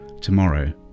tomorrow